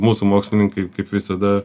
mūsų mokslininkai kaip visada